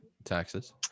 Taxes